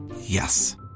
Yes